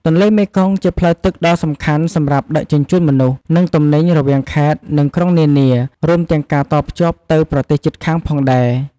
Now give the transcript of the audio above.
ទន្លេមេគង្គជាផ្លូវទឹកដ៏សំខាន់សម្រាប់ដឹកជញ្ជូនមនុស្ស និងទំនិញរវាងខេត្តនិងក្រុងនានា រួមទាំងការតភ្ជាប់ទៅប្រទេសជិតខាងផងដែរ។